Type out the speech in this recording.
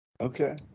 Okay